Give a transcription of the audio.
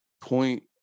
point